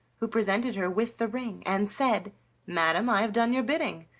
who presented her with the ring and said madam, i have done your bidding.